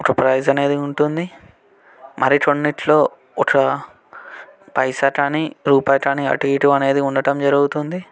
ఒక ప్రైస్ అనేది ఉంటుంది మరి కొన్నిట్లో ఒక పైసా కానీ రూపాయి కానీ అటు ఇటు అనేది ఉండటం జరుగుతుంది